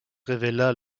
révèlera